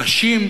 נשים,